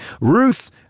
Ruth